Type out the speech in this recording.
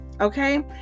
okay